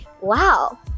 Wow